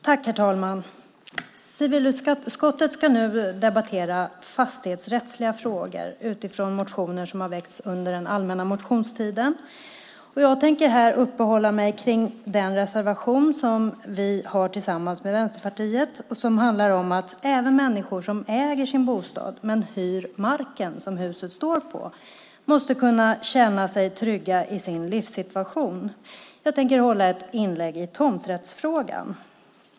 Herr talman! Vi ska nu debattera civilutskottets betänkande om fastighetsrättsliga frågor utifrån motioner som väckts under den allmänna motionstiden. Jag tänker uppehålla mig vid den reservation vi har tillsammans med Vänsterpartiet och som handlar om att även människor som äger sin bostad men hyr marken som huset står på måste kunna känna sig trygga i sin livssituation. Jag tänker hålla ett inlägg i tomträttsfrågan.